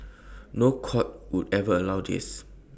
no court would ever allow this